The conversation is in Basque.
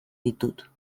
ditut